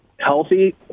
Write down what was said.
healthy